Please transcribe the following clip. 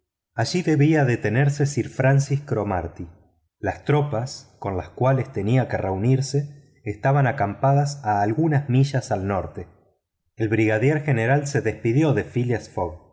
allí debía detenerse sir francis cromarty las tropas con las cuales tenía que reunirse estaban acampadas algunas millas al norte el brigadier general se despidió de phileas fogg